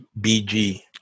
BG